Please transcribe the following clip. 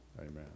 Amen